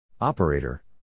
Operator